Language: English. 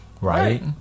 Right